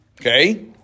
Okay